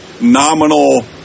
nominal